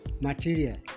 material